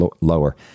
lower